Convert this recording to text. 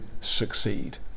succeed